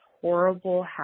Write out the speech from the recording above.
horrible